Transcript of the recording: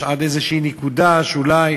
יש עד נקודה כלשהי שאולי